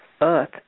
earth